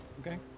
Okay